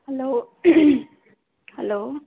hello hello